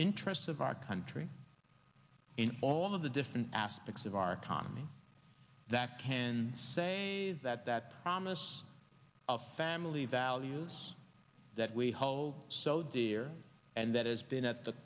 interests of our country in all of the different aspects of our economy that can say is that that promise of family values that we hold so dear and that has been at the